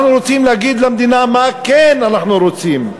אנחנו רוצים להגיד למדינה מה כן אנחנו רוצים.